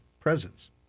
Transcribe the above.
presence